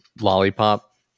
lollipop